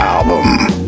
album